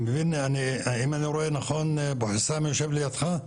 אם אני רואה נכון מחסן יושב לידך?